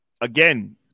again